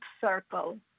circle